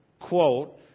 quote